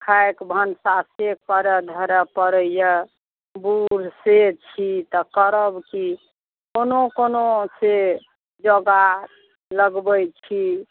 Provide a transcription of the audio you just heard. खाएके भनसा से करऽ धरऽ पड़ैए बूढ़ से छी तऽ करब की कोनो कोनो से जोगाड़ लगबै छी